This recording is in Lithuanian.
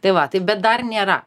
tai va taip bet dar nėra